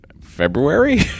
February